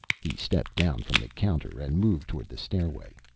he stepped down from the counter and moved toward the stairway.